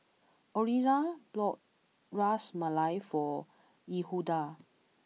Orilla bought Ras Malai for Yehuda